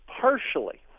partially